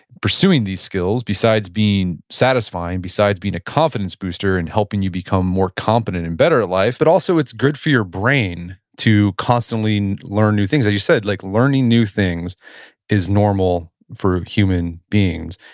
pursuing these skills, besides being satisfying, besides being a confidence booster and helping you become more competent and better at life, but also it's good for your brain to constantly learn new things. as you said, like learning new things is normal for human beings.